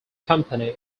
company